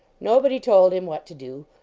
nobody told him what to do.